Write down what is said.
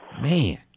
Man